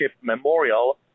Memorial